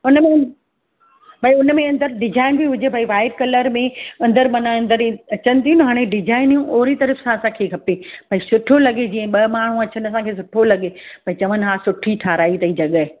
हुन में भई हुन में अंदरि डिजाइन बि हुजे भाई वाइट कलर में अंदरि माना अंदरि अचनि थियूं न हाणे डिजाइनियूं ओड़ी तरह सां असांखे खपे भई सुठो लॻे जीअं ॿ माण्हू अचनि असांखे सुठो लॻे भई चवनि हा सुठी ठाराई अथेई जॻाए